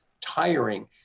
tiring